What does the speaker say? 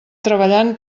treballant